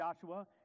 Joshua